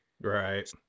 Right